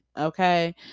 Okay